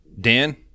Dan